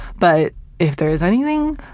but if there is anything,